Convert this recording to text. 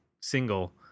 single